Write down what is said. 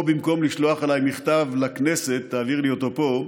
במקום לשלוח אליי מכתב לכנסת תעביר לי אותו פה,